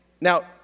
now